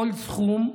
כל סכום,